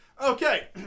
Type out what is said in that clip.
Okay